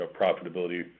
profitability